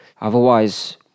Otherwise